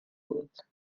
بود